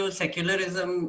secularism